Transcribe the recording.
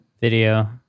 video